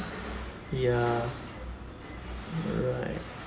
ya right